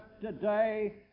today